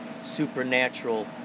supernatural